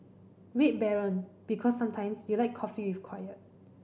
Red Baron Because sometimes you like coffee with quiet